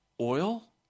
oil